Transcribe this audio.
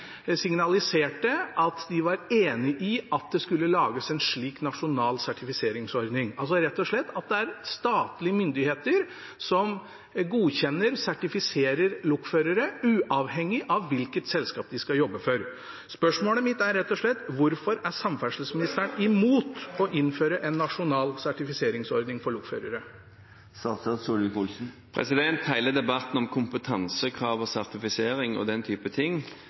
signaliserte at de var enig i at det skulle lages en slik nasjonal sertifiseringsordning, altså at det er statlige myndigheter som godkjenner – sertifiserer – lokførere, uavhengig av hvilket selskap de skal jobbe for. Spørsmålet mitt er rett og slett: Hvorfor er samferdselsministeren imot å innføre en nasjonal sertifiseringsordning for lokførere? Hele debatten om kompetansekrav og sertifisering og den typen ting